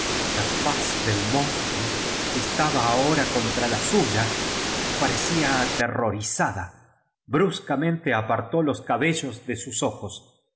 la faz del monstruo estaba ahora contra la suya y parecía aterrorizada bruscamente apartó los cabellos de sus ojos